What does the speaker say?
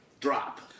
drop